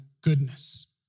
goodness